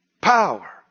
Power